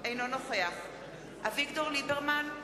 אינו נוכח אביגדור ליברמן,